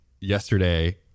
yesterday